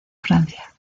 francia